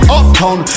uptown